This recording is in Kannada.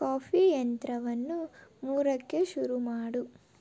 ಕಾಫಿ ಯಂತ್ರವನ್ನು ಮೂರಕ್ಕೆ ಶುರು ಮಾಡು